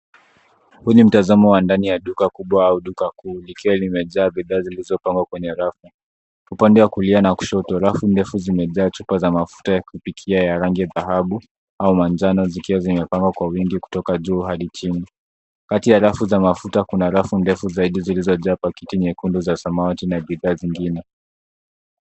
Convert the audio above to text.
Huu ni mtazamo wa ndani wa duka kubwa au duka kuu likiwa limejaa bidhaa zilizopangwa kwenye rafu. Upande wa kulia na kushoto, rafu ndefu zimejaa chupa za mafuta ya kupikia ya rangi ya dhahabu au manjano zikiwa zimepangwa kwa wingi kutoka juu hadi chini. Kati ya rafu za mafuta kuna rafu ndefu zaidi zilizojaa pakiti nyekundu za samawati na bidhaa zingine.